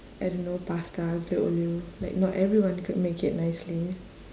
I don't know pasta aglio olio like not everyone could make it nicely